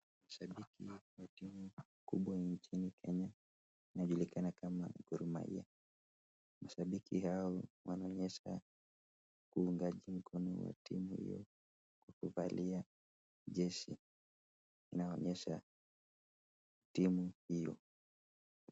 Shabiki wa timu kubwa nchini kenya inajulikana kama Gor Mahia, mashabiki hao wanaonyesha uungaji mkono wa timu hiyo kwa kuvalia jezi inayoonyesha timu hiyo.